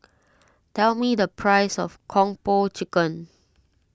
tell me the price of Kung Po Chicken